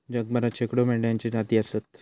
जगभरात शेकडो मेंढ्यांच्ये जाती आसत